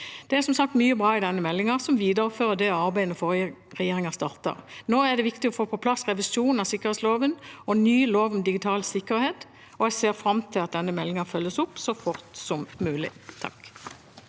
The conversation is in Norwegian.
Det er som sagt mye bra i denne meldingen, som viderefører det arbeidet den forrige regjeringen startet. Nå er det viktig å få på plass revisjonen av sikkerhetsloven og ny lov om digital sikkerhet, og jeg ser fram til at denne meldingen følges opp så fort som mulig.